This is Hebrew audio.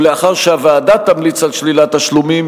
ולאחר שהוועדה תמליץ על שלילת תשלומים,